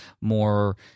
more